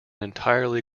entirely